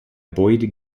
boyd